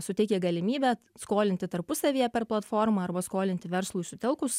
suteikia galimybę skolinti tarpusavyje per platformą arba skolinti verslui sutelkus